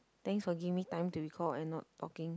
thanks for giving time to recall and not talking